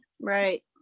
right